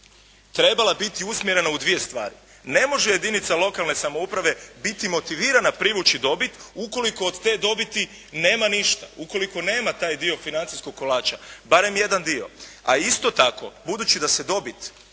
trebala biti usmjerena u dvije stvari. Ne može jedinica lokalne samouprave biti motivirana privući dobit ukoliko od te dobiti nema ništa, ukoliko nema taj dio financijskog kolača, barem jedan dio. A isto tako budući da se dobit